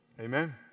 Amen